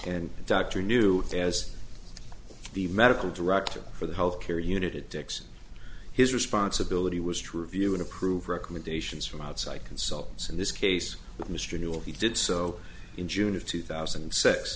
and the doctor knew as the medical director for the health care unit at texas his responsibility was to review and approve recommendations from outside consultants in this case mr newell he did so in june of two thousand and six